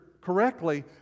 correctly